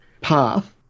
path